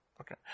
Okay